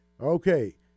Okay